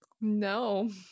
No